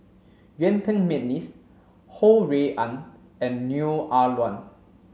Yuen Peng McNeice Ho Rui An and Neo Ah Luan